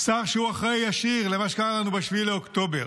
השר שהוא האחראי הישיר למה שקרה לנו ב-7 באוקטובר,